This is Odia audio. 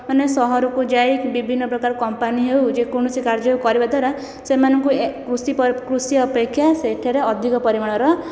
ମାନେ ସହରକୁ ଯାଇ ବିଭିନ୍ନ ପ୍ରକାର କମ୍ପାନୀ ହେଉ ଯେକୌଣସି କାର୍ଯ୍ୟ ହେଉ କରିବା ଦ୍ୱାରା ସେମାନଙ୍କୁ କୃଷି ଅପେକ୍ଷା ସେଠାରେ ଅଧିକ ପରିମାଣର